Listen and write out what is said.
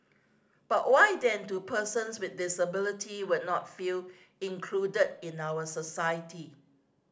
but why then do persons with disabilities will not feel included in our society